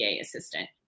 assistant